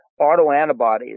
autoantibodies